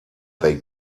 they